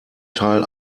teil